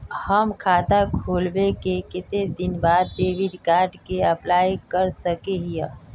हम खाता खोलबे के कते दिन बाद डेबिड कार्ड के लिए अप्लाई कर सके हिये?